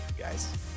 guys